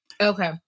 Okay